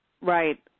Right